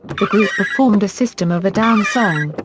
the group performed a system of a down song,